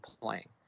playing